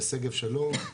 בשגב שלום,